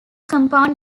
compound